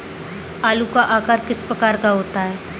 आलू का आकार किस प्रकार का होता है?